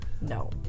No